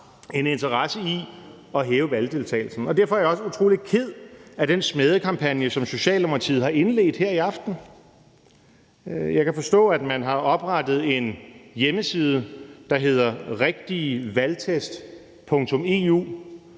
en interesse i at hæve valgdeltagelsen. Derfor er jeg også utrolig ked af den smædekampagne, som Socialdemokratiet har indledt her i aften. Jeg kan forstå, at man har oprettet en hjemmeside, der hedder rigtigevalgtest.eu,